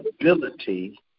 ability